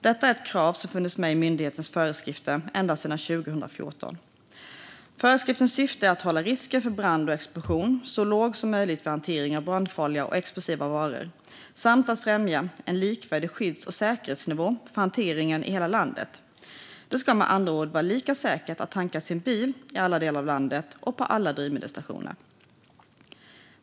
Detta är ett krav som har funnits med i myndighetens föreskrift ända sedan 2014. Föreskriftens syfte är att hålla risken för brand och explosion så låg som möjligt vid hantering av brandfarliga och explosiva varor samt att främja en likvärdig skydds och säkerhetsnivå för hanteringen i hela landet. Det ska med andra ord vara lika säkert att tanka sin bil i alla delar av landet och på alla drivmedelsstationer.